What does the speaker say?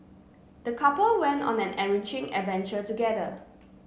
the couple went on an enriching adventure together